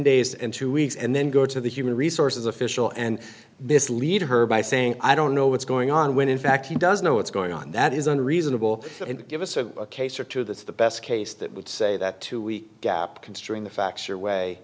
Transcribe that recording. days and two weeks and then go to the human resources official and mislead her by saying i don't know what's going on when in fact he does know what's going on that isn't reasonable and give us a case or two that's the best case that would say that two week gap considering the facts are way